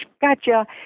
gotcha